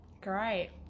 great